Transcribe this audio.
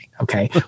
Okay